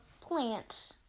plant